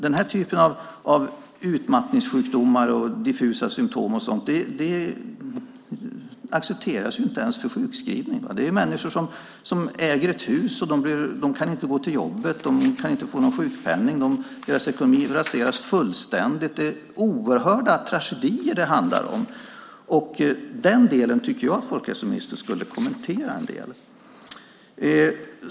Denna typ av utmattningssjukdomar och diffusa symtom accepteras inte för sjukskrivning. Det finns människor som äger ett hus, och de kan inte gå till jobbet, och de kan inte få någon sjukpenning. Deras ekonomi raseras fullständigt. Det handlar om oerhört stora tragedier. Den delen tycker jag att folkhälsoministern ska kommentera.